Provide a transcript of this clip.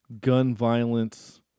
gun-violence